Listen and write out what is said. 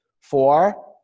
Four